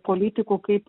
politikų kaip